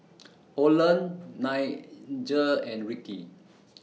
Oland Nigel and Ricky